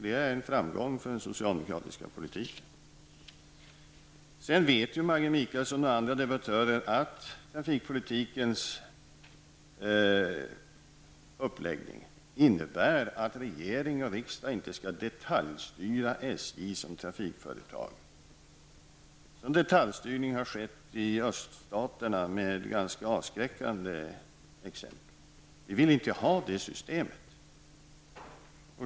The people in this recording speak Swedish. Det är en framgång för den socialdemokratiska politiken. Maggi Mikaelsson och andra debattörer vet ju att trafikpolitikens uppläggning innebär att regering och riksdag inte skall detaljstyra SJ som trafikföretag. Sådan detaljstyrning har skett i öststaterna med ganska avskräckande resultat. Vi vill inte ha det systemet.